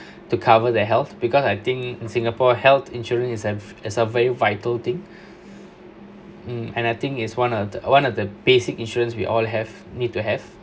to cover their health because I think in singapore health insurance is a is a very vital thing um and I think it's one of the one of the basic insurance we all have need to have